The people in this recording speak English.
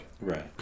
Right